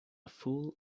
fool